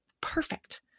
perfect